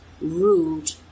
rude